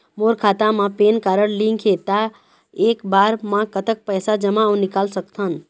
मोर खाता मा PAN card link हे ता एक बार मा कतक पैसा जमा अऊ निकाल सकथन?